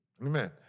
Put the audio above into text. Amen